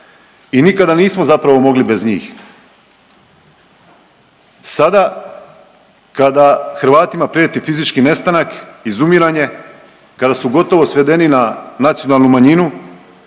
I nikada nismo zapravo mogli bez njih. Sada kada Hrvatima prijeti fizički nestanak, izumiranje, kada su gotovo svedeni na nacionalnu manjinu